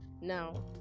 now